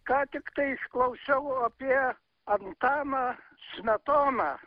ką tiktai išklausiau apie antaną smetoną